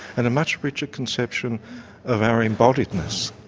and a much richer conception of our embodiedness,